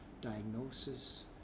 diagnosis